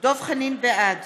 בעד